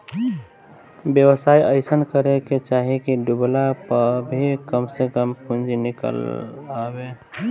व्यवसाय अइसन करे के चाही की डूबला पअ भी कम से कम पूंजी निकल आवे